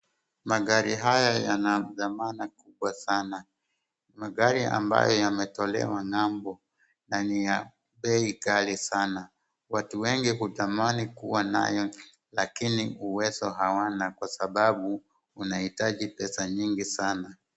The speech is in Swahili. Magari haya yana dhamana kubwa sana. Magari ambayo yametolewa ng'ambo na ni ya bei ghali sana. Watu wengi hutamani kuwa nayo lakini huwezo hawana kwa sababu unahitaji pesa nyingi sana.